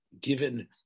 given